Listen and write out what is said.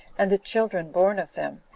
and the children born of them,